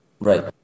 right